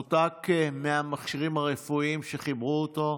הוא נותק מהמכשירים הרפואיים שחיברו אותו,